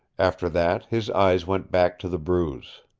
after that his eyes went back to the bruise.